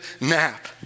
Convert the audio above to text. nap